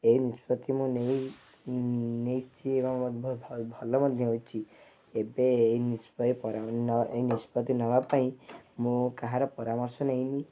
ଏଇ ନିଷ୍ପତି ମୁଁ ନେଇ ନେଇଛି ଏବଂ ଭଲ ମଧ୍ୟ ହୋଇଛି ଏବେ ଏଇ ନିଷ୍ପତି ଏଇ ନିଷ୍ପତି ନେବାପାଇଁ ମୁଁ କାହାର ପରାମର୍ଶ ନେଇନି